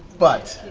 but,